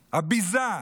הביזה,